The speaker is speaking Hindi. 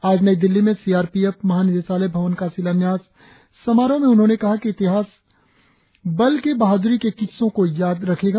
आज नई दिल्ली में सी आर पी एफ महानिदेशालय भवन का शिलान्यास समारोह में उन्होंने कहा कि इतिहास बल के बहादुरी के किस्सों को याद रखेगा